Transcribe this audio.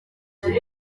kuva